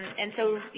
and so,